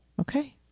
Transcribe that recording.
Okay